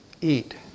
eat